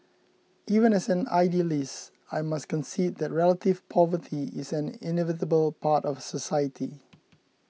even as an idealist I must concede the relative poverty is an inevitable part of society